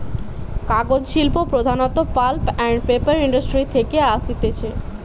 কাগজ শিল্প প্রধানত পাল্প আন্ড পেপার ইন্ডাস্ট্রি থেকে আসতিছে